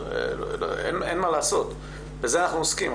אין מה לעשות, בזה אנחנו עוסקים.